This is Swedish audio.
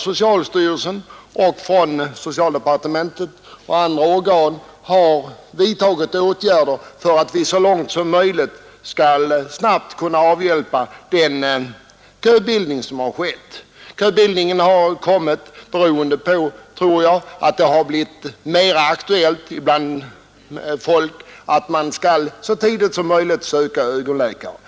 Socialstyrelsen, socialdepartementet och andra organ har ju vidtagit Nr 69 åtgärder för att vi så långt som möjligt snabbt skall kunna avhjälpa den Fredagen den köbildning som har skett. Köbildningen beror, tror jag, på att det blivit 28 april 1972 mera aktuellt för folk att så tidigt som möjligt söka ögonläkare.